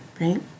right